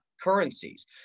currencies